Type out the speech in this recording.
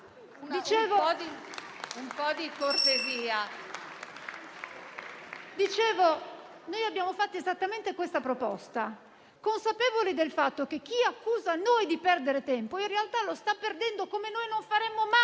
Un po' di cortesia.